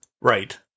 Right